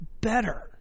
better